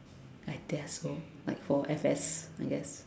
like they are so like for F_S I guess